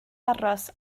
aros